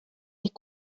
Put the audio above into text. est